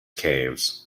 caves